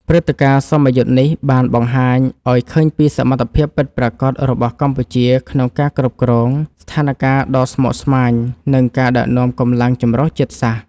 ព្រឹត្តិការណ៍សមយុទ្ធនេះបានបង្ហាញឱ្យឃើញពីសមត្ថភាពពិតប្រាកដរបស់កម្ពុជាក្នុងការគ្រប់គ្រងស្ថានការណ៍ដ៏ស្មុគស្មាញ និងការដឹកនាំកម្លាំងចម្រុះជាតិសាសន៍។